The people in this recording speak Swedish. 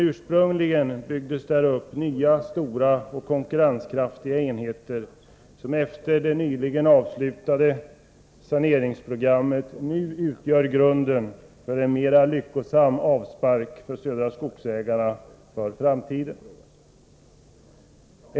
Ursprungligen byggdes upp nya stora och konkurrenskraftiga enheter, som även efter det nyligen avslutade saneringsprogrammet nu utgör grunden för en lyckosam avspark för Södra Skogsägarna inför framtiden.